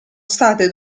state